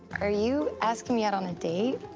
are you asking me out on a date?